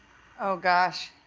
oh, gosh.